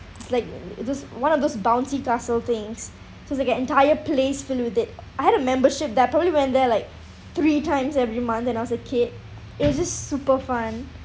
it's like it's just one of those bouncy castle things to get entire place filled with it I had a membership that I probably went there like three times every month when I was a kid it's just super fun